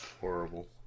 Horrible